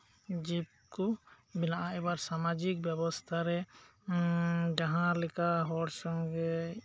ᱡᱤᱵᱽ ᱠᱚ ᱵᱮᱱᱟᱜᱼᱟ ᱮᱵᱟᱨ ᱥᱟᱢᱟᱡᱤᱠ ᱵᱮᱵᱚᱥᱛᱟ ᱨᱮ ᱡᱟᱦᱟᱸ ᱞᱮᱠᱟ ᱦᱚᱲ ᱥᱟᱸᱜᱮ